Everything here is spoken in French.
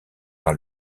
par